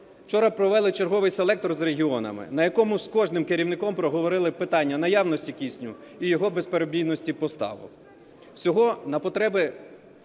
Вчора провели черговий селектор з регіонами, на якому з кожним керівником проговорили питання наявності кисню і його безперебійності поставок. Всього на потреби